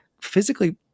physically